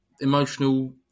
emotional